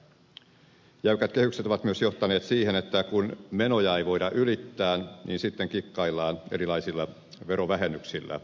jäykät kehykset ovat myös johtaneet siihen että kun menoja ei voida ylittää niin sitten kikkaillaan erilaisilla verovähennyksillä